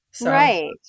Right